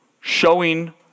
showing